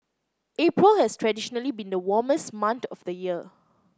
April has traditionally been the warmest month of the year